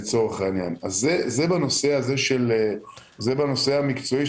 זה בנושא המקצועי,